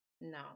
No